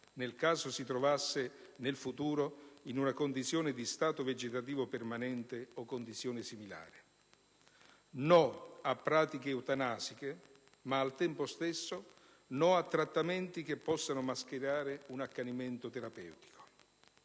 nel caso si trovasse nel futuro in una condizione di stato vegetativo permanente o condizione similare; no a pratiche eutanasiche, ma al tempo stesso no a trattamenti che possano mascherare un accanimento terapeutico;